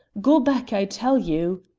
go back, i tell you!